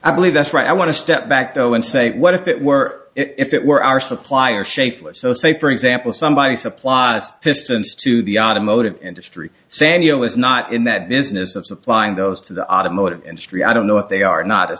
i believe that's what i want to step back though and say what if it were if it were our supplier shape so say for example somebody supply distance to the automotive industry saniel is not in that business of supplying those to the automotive industry i don't know if they are not as